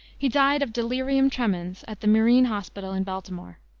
he died of delirium tremens at the marine hospital in baltimore.